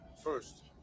First